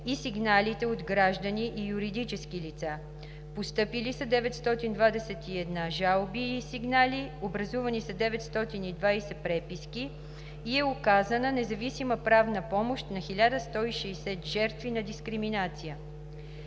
и сигналите от граждани и юридически лица. Постъпили са 921 жалби и сигнали, образувани са 920 преписки и е оказана независима правна помощ на 1160 жертви на дискриминация.